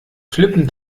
flippen